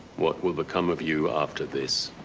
what will become of you after this?